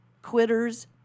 quitters